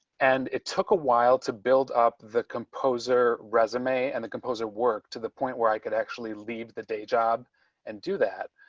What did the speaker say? and it took a while to build up the composer resume and the composer work to the point where i could actually leave the day job and do that.